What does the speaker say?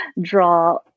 draw